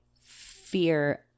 fear